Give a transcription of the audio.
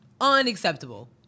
unacceptable